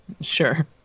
Sure